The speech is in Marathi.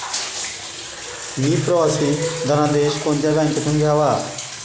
मी प्रवासी धनादेश कोणत्या बँकेतून घ्यावा?